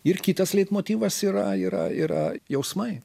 ir kitas leitmotyvas yra yra yra jausmai